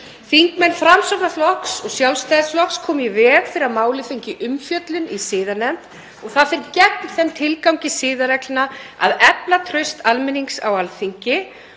Þingmenn Framsóknarflokks og Sjálfstæðisflokks komu í veg fyrir að málið fengi umfjöllun í siðanefnd. Það fer gegn þeim tilgangi siðareglna að efla traust almennings á Alþingi.